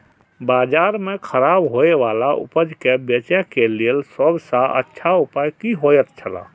बाजार में खराब होय वाला उपज के बेचे के लेल सब सॉ अच्छा उपाय की होयत छला?